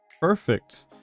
Perfect